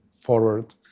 forward